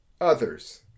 others